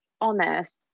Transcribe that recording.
honest